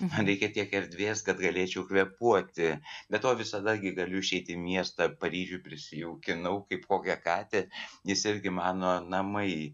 man reikia tiek erdvės kad galėčiau kvėpuoti be to visada gi galiu išeiti į miestą paryžių prisijaukinau kaip kokią katę jis irgi mano namai